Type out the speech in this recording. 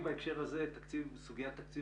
בהקשר הזה אני רוצה להבין את סוגיית תקציב